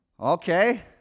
Okay